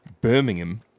Birmingham